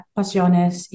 Pasiones